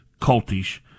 cultish